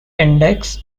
index